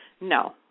No